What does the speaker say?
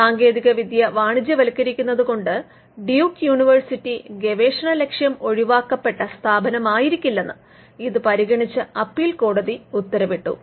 സാങ്കേതിക വിദ്യ വാണിജ്യവത്കരിക്കുന്നത് കൊണ്ട് ഡ്യൂക്ക് യൂണിവേഴ്സിറ്റി ഗവേഷണലക്ഷ്യം ഒഴിവാക്കപ്പെട്ട സ്ഥാപനമായിരിക്കില്ലെന്ന് ഇത് പരിഗണിച്ച അപ്പീൽ കോടതി ഉത്തരവിട്ടു